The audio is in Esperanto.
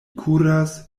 kuras